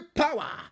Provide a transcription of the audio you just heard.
power